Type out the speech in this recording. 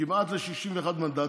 כמעט ל-61 מנדטים,